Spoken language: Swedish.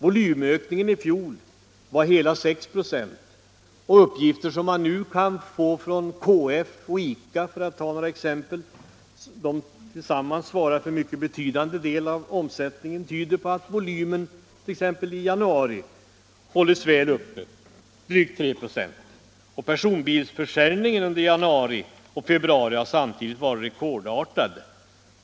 Volymökningen i fjol var hela 6 46, och uppgifter som man nu kan få från KF och ICA, som tillsammans svarar för en mycket betydande andel av omsättningen, tyder på att volymen i januari hållits väl uppe — ökningen var drygt 3 96. Personbilsförsäljningen under januari och februari har samtidigt varit rekordartad.